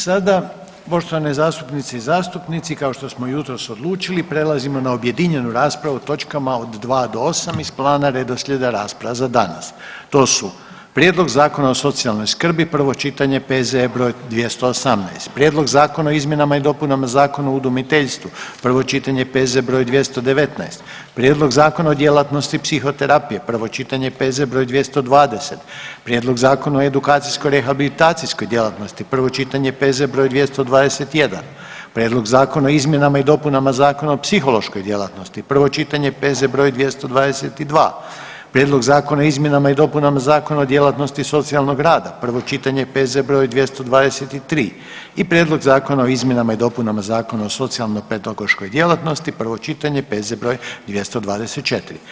Sada poštovane zastupnice i zastupnici kao što smo jutros odlučili prelazimo na objedinjenu raspravu o točkama od 2 do 8 iz plana redoslijeda rasprava za danas, to su: - Prijedlog Zakona o socijalnoj skrbi, prvo čitanje, P.Z.E. br. 218. - Prijedlog zakona o izmjenama i dopunama Zakona o udomiteljstvu, prvo čitanje, P.Z. br. 219. - Prijedlog Zakona o djelatnosti psihoterapije, prvo čitanje, P.Z. br. 220. - Prijedlog Zakona o edukacijsko-rehabilitacijskoj djelatnosti, prvo čitanje, P.Z. br. 221. - Prijedlog zakona o izmjenama i dopunama Zakona o psihološkoj djelatnosti, prvo čitanje, P.Z. br. 222. - Prijedlog zakona o izmjenama i dopunama Zakona o djelatnosti socijalnog rada, prvo čitanje, P.Z. br. 223. i - Prijedlog zakona o izmjenama i dopunama Zakona o socijalnopedagoškoj djelatnosti, prvo čitanje, P.Z. br. 224.